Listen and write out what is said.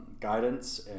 guidance